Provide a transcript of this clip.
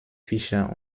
fischer